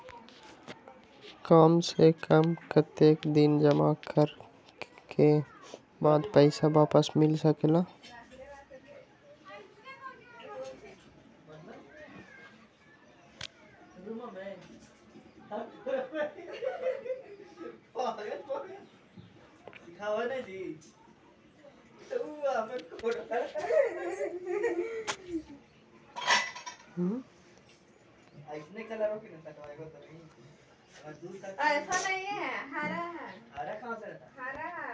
काम से कम कतेक दिन जमा करें के बाद पैसा वापस मिल सकेला?